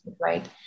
right